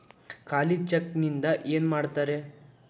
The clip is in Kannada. ಖಾಲಿ ಚೆಕ್ ನಿಂದ ಏನ ಮಾಡ್ತಿರೇ?